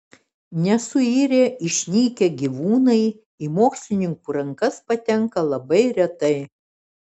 nesuirę išnykę gyvūnai į mokslininkų rankas patenka labai retai